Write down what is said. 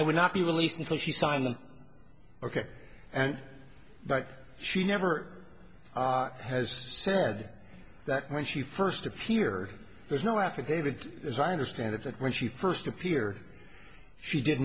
and would not be released until she signed the ok and but she never are has said that when she first appear there's no affidavit as i understand it that when she first appear she did